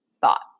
thought